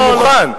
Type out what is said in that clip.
אני מוכן.